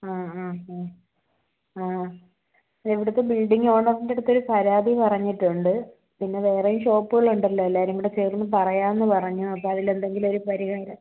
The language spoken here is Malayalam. ആ ആ ഹ ആ ഇവിടുത്തെ ബിൽഡിങ്ങ് ഓണറിൻ്റെ അടുത്തൊരു പരാതി പറഞ്ഞിട്ടുണ്ട് പിന്നെ വേറെയും ഷോപ്പുകളുണ്ടല്ലോ എല്ലാവരും കൂടെ ചേർന്ന് പറയാം എന്ന് പറഞ്ഞു അപ്പോൾ അതിൽ എന്തെങ്കിലും ഒരു പരിഹാരം